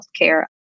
healthcare